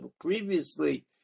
previously